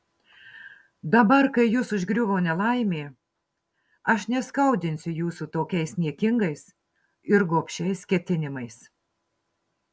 dabar kai jus užgriuvo nelaimė aš neskaudinsiu jūsų tokiais niekingais ir gobšiais ketinimais